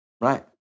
Right